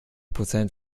prozent